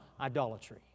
idolatry